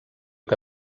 que